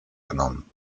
genommen